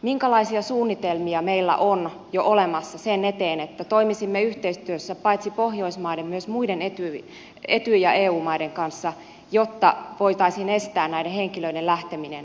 minkälaisia suunnitelmia meillä on jo olemassa sen eteen että toimisimme yhteistyössä paitsi pohjoismaiden myös muiden etyj ja eu maiden kanssa jotta voitaisiin estää näiden henkilöiden lähteminen isisin joukkoihin